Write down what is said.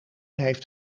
heeft